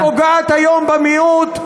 שפוגעת היום במיעוט,